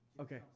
Okay